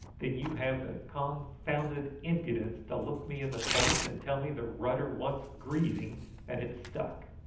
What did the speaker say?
then you have the confounded impudence to look me in the face and tell me the rudder wants greasing and it stuck.